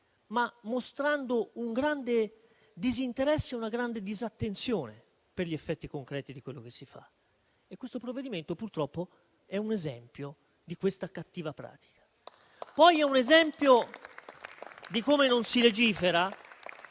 ma mostrando un grande disinteresse e una grande disattenzione per gli effetti concreti di quello che si fa. Il provvedimento in discussione, purtroppo, è un esempio di questa cattiva pratica. È inoltre un esempio di come non si legifera